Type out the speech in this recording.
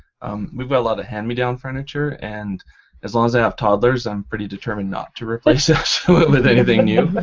we've got a lot of hand-me-down furniture and as long as i have toddlers, i'm pretty determined not to replace it with anything new. but